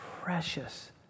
precious